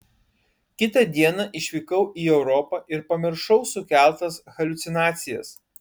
kitą dieną išvykau į europą ir pamiršau sukeltas haliucinacijas